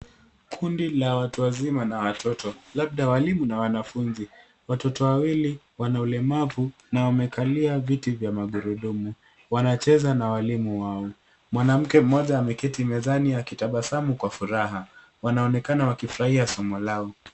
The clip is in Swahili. Kundi la watu wazima na watoto, labda walimu na wanafunzi. Watoto wawili wana ulemavu na wamekalia viti vya magurudumu. Wanacheza na walimu wao. Mwanamke mmoja ameketi mezani akitabasamu kwa furaha. Wanaonekana wakifurahia somo lao.